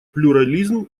плюрализм